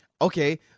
okay